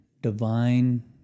divine